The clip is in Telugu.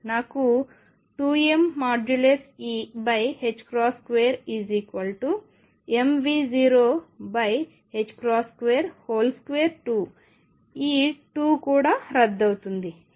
నాకు 2mE2mV022 ఈ 2 కూడా రద్దు అవుతుంది